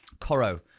Coro